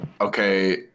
okay